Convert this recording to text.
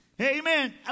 Amen